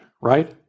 right